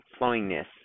flowingness